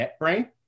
NetBrain